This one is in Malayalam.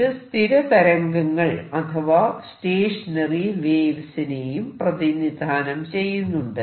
ഇത് സ്ഥിര തരംഗങ്ങൾ അഥവാ സ്റ്റേഷനറി വേവ്സ് നെയും പ്രതിനിധാനം ചെയ്യുന്നുണ്ട്